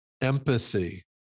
empathy